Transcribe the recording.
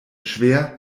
schwer